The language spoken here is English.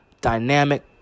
dynamic